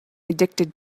addicted